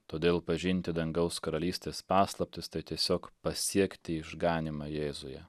todėl pažinti dangaus karalystės paslaptis tai tiesiog pasiekti išganymą jėzuje